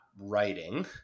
writing